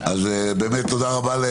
אין נמנעים,